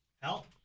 Help